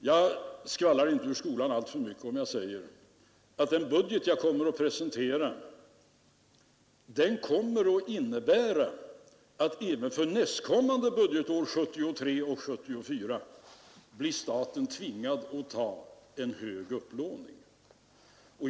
Jag skvallrar inte ur skolan alltför mycket om jag säger, att den budget som jag kommer att presentera kommer att innebära att staten även för nästa budgetår, 1973/74, blir tvingad att ta en hög upplåning.